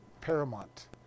paramount